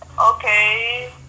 Okay